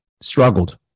struggled